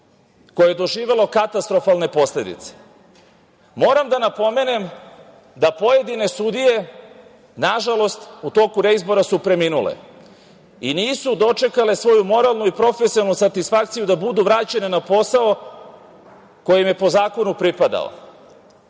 koje je doživelo katastrofalne posledice. Moram da napomenem da pojedine sudije, nažalost, u toku reizbora su preminule i nisu dočekale svoju moralnu i profesionalnu satisfakciju da budu vraćene na posao koji im je po zakonu pripadao.